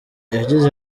yagize